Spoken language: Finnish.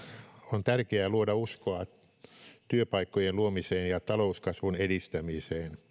on tärkeää luoda uskoa työpaikkojen luomiseen ja talouskasvun edistämiseen